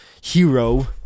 hero